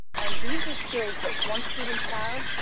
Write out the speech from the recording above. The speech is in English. and these are skills that once students have,